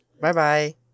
Bye-bye